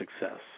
success